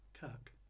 Kirk